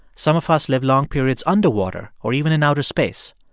some of us live long periods underwater or even in outer space